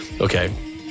Okay